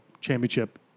championship